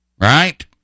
Right